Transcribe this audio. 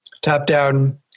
top-down